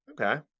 Okay